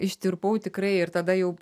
ištirpau tikrai ir tada jau